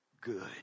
good